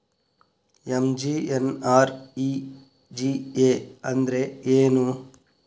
MGNREGA ಅಂದ್ರೆ ಏನು?